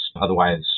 otherwise